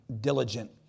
diligent